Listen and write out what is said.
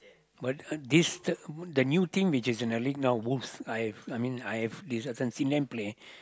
what uh this the the new team which is in the list now wolves I have I mean I have this seen them play